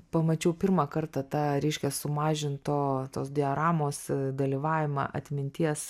pamačiau pirmą kartą tą reiškia sumažinto tos dioramos dalyvavimą atminties